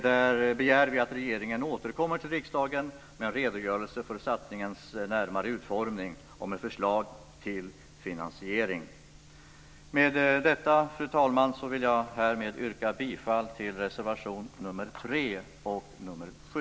Där begär vi att regeringen återkommer till riksdagen med en redogörelse för satsningens närmare utformning och med förslag till finansiering. Med detta, fru talman, vill jag yrka bifall till reservationerna nr 3 och nr 7.